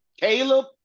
Caleb